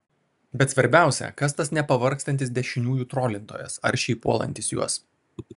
bet svarbiausia kas tas nepavargstantis dešiniųjų trolintojas aršiai puolantis juos